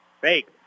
Fake